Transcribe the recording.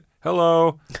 hello